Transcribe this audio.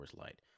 Light